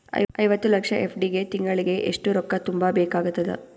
ಐವತ್ತು ಲಕ್ಷ ಎಫ್.ಡಿ ಗೆ ತಿಂಗಳಿಗೆ ಎಷ್ಟು ರೊಕ್ಕ ತುಂಬಾ ಬೇಕಾಗತದ?